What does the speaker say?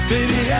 Baby